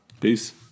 Peace